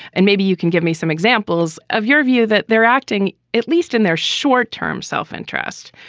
and maybe you can give me some examples of your view that they're acting at least in their short term self-interest.